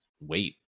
wait